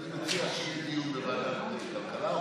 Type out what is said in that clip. אני מציע שיהיה דיון בוועדת הכלכלה,